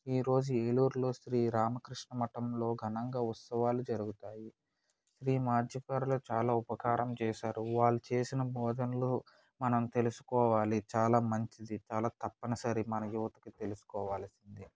ఈరోజు ఏలూరులో శ్రీ రామకృష్ణ మఠంలో ఘనంగా ఉత్సవాలు జరుగుతాయి శ్రీ మాధ్యకారుల చాలా ఉపకారం జేశారు వాళ్ళు చేసిన బోధన్లు మనం తెలుసుకోవాలి చాలా మంచిది చాలా తప్పనిసరి మన యువత తెలుసుకోవాలి అంతే